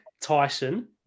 Tyson